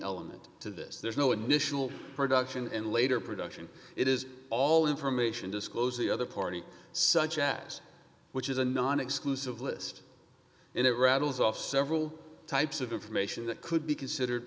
element to this there's no additional production in later production it is all information disclosed the other party such as which is a non exclusive list and it rattles off several types of information that could be considered